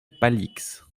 palix